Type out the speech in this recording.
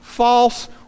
false